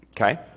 Okay